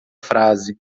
frase